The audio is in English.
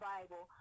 Bible